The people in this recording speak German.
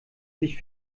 sich